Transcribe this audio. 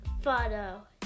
photo